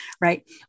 right